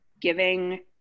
giving